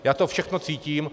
Já to všechno cítím.